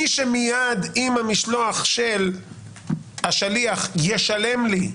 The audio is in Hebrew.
מי שמיד עם המשלוח של השליח ישלם לי,